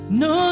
no